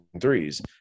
threes